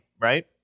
right